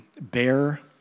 bear